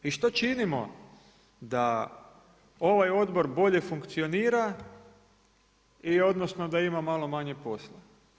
I što činimo da ovaj odbor bolje funkcionira odnosno da ima malo manje posla?